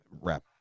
wrap